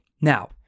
Now